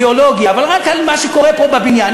האידיאולוגי, אבל רק מה שקורה פה בבניין.